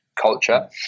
culture